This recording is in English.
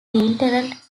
lieutenant